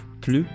plus